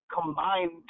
combined